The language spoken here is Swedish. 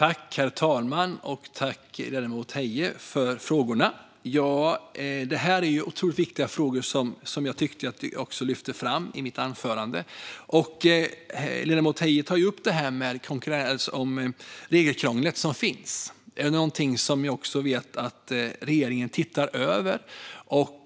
Herr talman! Jag tackar ledamoten Heie för frågorna. Detta är otroligt viktiga frågor, som jag också lyfte fram i mitt anförande. Ledamoten Heie tar upp regelkrånglet. Det är något som jag vet att regeringen ser över.